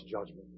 judgment